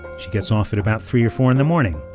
she gets off at about three or four in the morning.